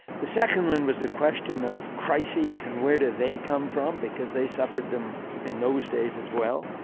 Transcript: the second one was the question of crises and where do they come from because they suffered them in those days as well.